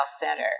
center